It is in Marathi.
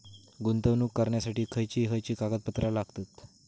गुंतवणूक करण्यासाठी खयची खयची कागदपत्रा लागतात?